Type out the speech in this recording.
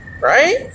Right